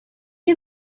you